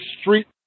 street